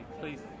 Please